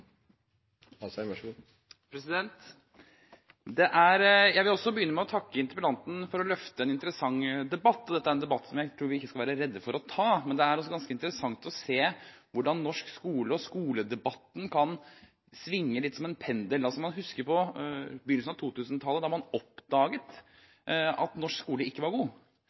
en debatt som jeg ikke tror vi skal være redde for å ta. Men det er også ganske interessant å se hvordan norsk skole og skoledebatten kan svinge litt som en pendel. Man husker at man på begynnelsen av 2000-tallet oppdaget at norsk skole ikke var god.